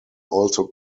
also